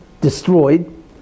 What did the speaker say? destroyed